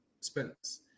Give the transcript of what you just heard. Spence